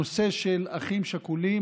הנושא של אחים שכולים,